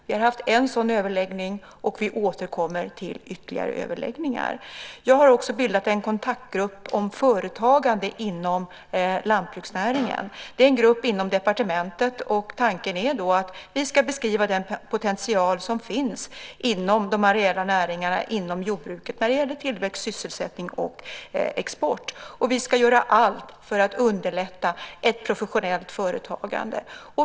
Vi har haft en sådan överläggning, och vi återkommer till ytterligare överläggningar. Jag har också bildat en kontaktgrupp om företagande inom lantbruksnäringen. Det är en grupp inom departementet, och tanken är att vi ska beskriva den potential som finns inom de areella näringarna, inom jordbruket, när det gäller tillväxt, sysselsättning och export. Vi ska göra allt för att underlätta ett professionellt företagande.